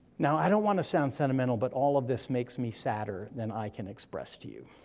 now, i don't wanna sound sentimental, but all of this makes me sadder than i can express to you.